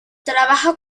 trabaja